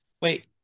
wait